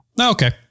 okay